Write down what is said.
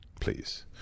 Please